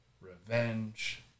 revenge